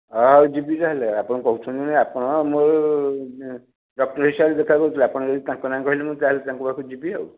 ହଁ ହଉ ଯିବି ତାହେଲେ ଆପଣ କହୁଛନ୍ତି ମାନେ ଆପଣ ମୁଁ ଡ଼କ୍ଟର୍ ହିସାବରେ ଦେଖାକରୁଛୁ ଆପଣ ଯଦି ତାଙ୍କ ନାଁ କହିଲେ ତାହେଲେ ମୁଁ ତାଙ୍କ ପାଖକୁ ଯିବି ଆଉ